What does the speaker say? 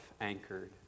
anchored